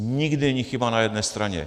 Nikdy není chyba na jedné straně.